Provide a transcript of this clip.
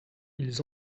ils